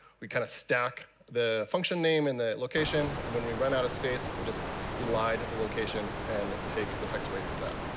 we kind of stack the function name and the location. and when we run out of space, we just elide the location and take the text away from that.